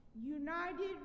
united